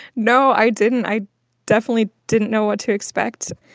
no, i didn't. i definitely didn't know what to expect,